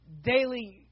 daily